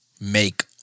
make